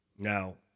Now